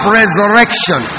resurrection